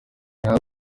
nawe